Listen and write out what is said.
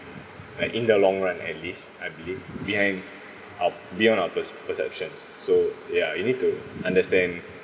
like in the long run at least I believe behind out beyond our per~ perceptions so ya you need to understand